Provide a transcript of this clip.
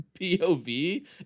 pov